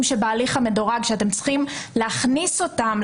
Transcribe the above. שהם בהליך המדורג שאתם צריכים להכניס אותם,